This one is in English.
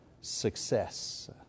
success